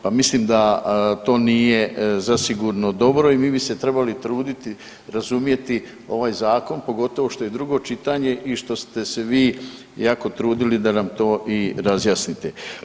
Pa mislim da to nije zasigurno dobro i mi bi se trebali truditi razumjeti ovaj zakon pogotovo što je drugo čitanje i što ste se vi jako trudili da nam to i razjasnite.